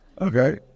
okay